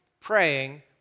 praying